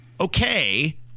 Okay